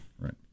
Right